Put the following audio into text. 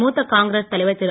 மூத்த காங்கிரஸ் தலைவர் திரு